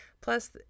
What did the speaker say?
Plus